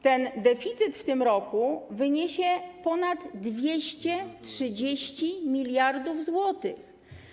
Ten deficyt w tym roku wyniesie ponad 230 mld zł.